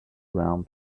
round